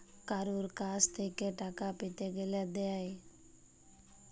কারুর কাছ থেক্যে টাকা পেতে গ্যালে দেয়